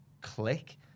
Click